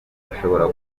ashobora